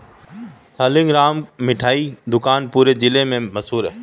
सालिगराम का मिठाई दुकान पूरे जिला में मशहूर है